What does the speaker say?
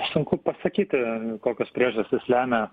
sunku pasakyti kokios priežastys lemia